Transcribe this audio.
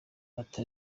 ati